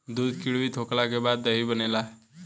दूध किण्वित होखला के बाद दही बनेला